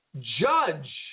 judge